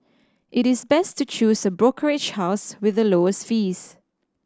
it is best to choose a brokerage house with the lowest fees